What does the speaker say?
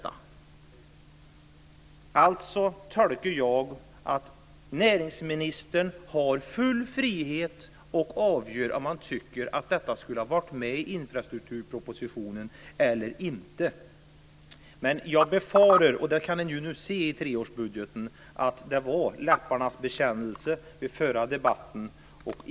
Jag tolkar det så att näringsministern har full frihet att avgöra om han tycker att det ska vara med i infrastrukturpropositionen eller inte. Jag befarar, och det kan man se i treårsbudgeten, att det var en läpparnas bekännelse i den förra debatten.